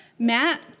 Matt